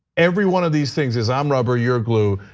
every one of these things is i'm rubber, you're a glue.